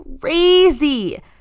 crazy